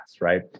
right